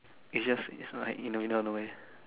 is just like in the middle of nowhere